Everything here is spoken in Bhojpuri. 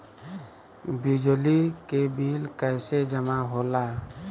बिजली के बिल कैसे जमा होला?